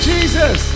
Jesus